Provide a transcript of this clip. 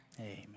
Amen